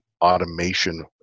automation